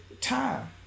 time